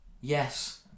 yes